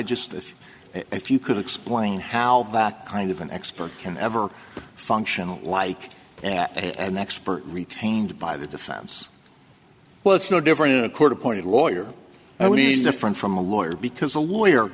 just as if you could explain how that kind of an expert can ever function like an expert retained by the defense well it's no different in a court appointed lawyer always different from a lawyer because a lawyer